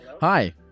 Hi